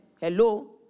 Hello